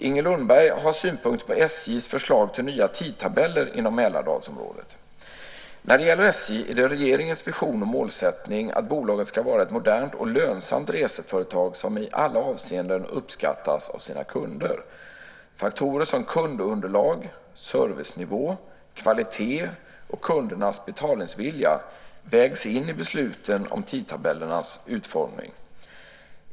Inger Lundberg har synpunkter på SJ:s förslag till nya tidtabeller inom Mälardalsområdet. När det gäller SJ är det regeringens vision och målsättning att bolaget ska vara ett modernt och lönsamt reseföretag som i alla avseenden uppskattas av sina kunder. Faktorer som kundunderlag, servicenivå, kvalitet och kundernas betalningsvilja vägs in i besluten om tidtabellernas utformning.